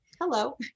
Hello